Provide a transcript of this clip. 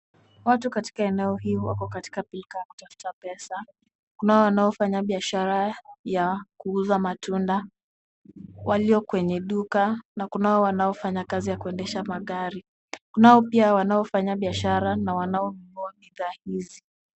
Watu katika eneo hii wako katika pilka ya kutafuta pesa. Kunao pia wanafanya biashara ya kuuza matunda walio kwenye duka na kunao wanao fanya kazi ya kuendesha magari. Kunao pia wanaofanya biashara na wanao nunua bidhaa hizi.